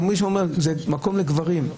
או כשמישהו אומר שזה מקום לגברים.